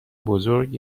بزرگ